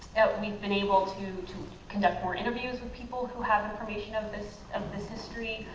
we've been able to to conduct more interviews with people who have information of this um this history.